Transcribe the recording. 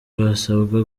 basabwa